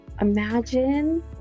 imagine